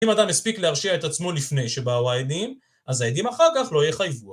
אם אדם הספיק להרשיע את עצמו לפני שבאו העדים, אז העדים אחר כך לא יחייבו